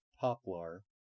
poplar